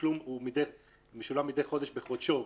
שהתשלום משולם מידי חודש בחודשו.